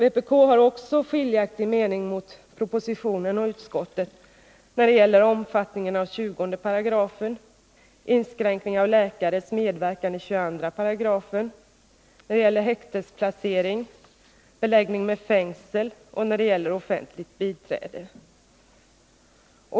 Vpk har också en skiljaktig mening i förhållande till propositionen och utskottet när det gäller omfattningen av 20 §, inskränkning av läkares medverkan i 22 §, häktesplacering, beläggning med fängsel samt offentligt biträde.